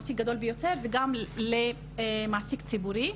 למעסיק גדול ביותר וגם למעסיק ציבורי.